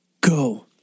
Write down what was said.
go